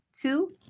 Two